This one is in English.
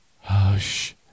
Hush